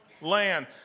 land